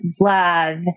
love